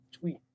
tweet